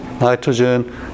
Nitrogen